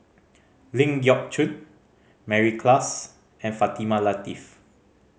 Ling Geok Choon Mary Klass and Fatimah Lateef